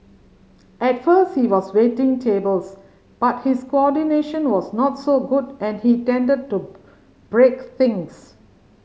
at first he was waiting tables but his coordination was not so good and he tended to break things